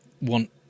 want